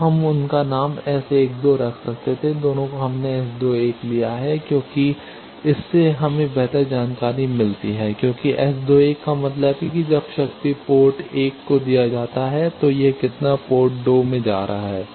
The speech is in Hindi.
अब हम उनका नाम S 12 रख सकते थे दोनों को हमने S2 1 लिया है क्योंकि इससे हमें बेहतर जानकारी मिलती है क्योंकि S2 1 का मतलब है कि जब शक्ति पोर्ट 1 को दिया जाता है तो यह कितना पोर्ट 2 में जा रहा है